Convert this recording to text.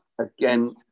again